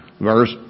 verse